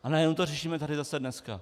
A najednou to řešíme tady zase dneska.